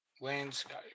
landscape